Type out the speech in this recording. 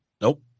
Nope